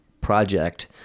project